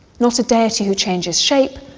not a deity who changes shape,